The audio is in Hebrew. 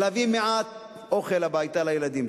ולהביא מעט אוכל הביתה לילדים.